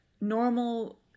normal